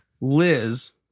Liz